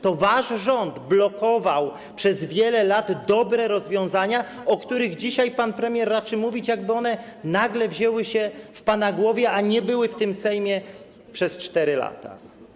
To wasz rząd blokował przez wiele lat dobre rozwiązania, o których dzisiaj pan premier raczy mówić, jakby one nagle pojawiły się w pana głowie, a nie były w tym Sejmie przez 4 lata.